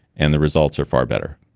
and the results are far better